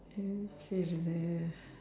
என்ன செய்யுறது:enna seyyurathu